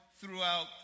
throughout